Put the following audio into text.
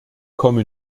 komme